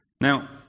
Now